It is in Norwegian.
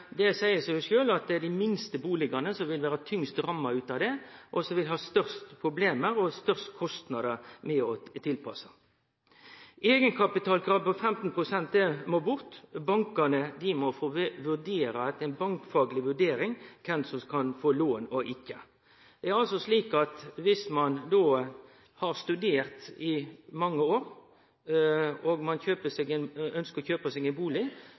Det seier seg jo sjølv at det vil vere dei minste bustadene som blir tyngst ramma av dette kravet, som vil få dei største problema og dei største kostnadene med tilpassing. Eigenkapitalkravet på 15 pst. må bort. Bankane må få gi ei bankfagleg vurdering av kven som skal få lån og ikkje. Viss ein har studert i mange år og ønskjer å kjøpe seg